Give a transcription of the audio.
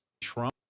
Trump